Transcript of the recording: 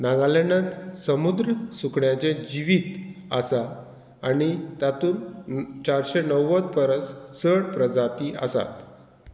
नागालँडांत समुद्र सुकण्यांचे जिवीत आसा आनी तातूंत चारशे णव्वद परस चड प्रजाती आसात